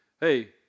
hey